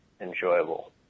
enjoyable